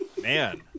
Man